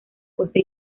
costa